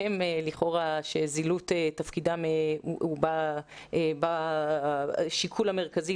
שלכאורה זילות תפקידם היא בשיקול המרכזי,